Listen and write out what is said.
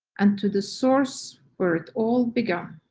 and to the source where it all begun.